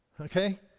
Okay